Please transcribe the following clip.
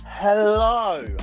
Hello